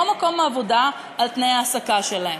מקום העבודה על תנאי ההעסקה שלהם.